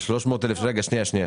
על 300,000 שקל.